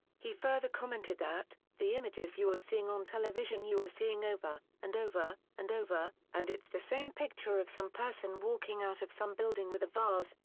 he further commented that, the images you are seeing on television you are seeing over, and over, and over, and it's the same picture of some person walking out of some building with a vase,